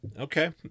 okay